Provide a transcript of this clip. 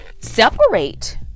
separate